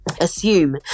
assume